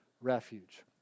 refuge